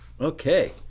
Okay